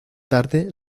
tarde